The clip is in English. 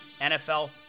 nfl